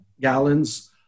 gallons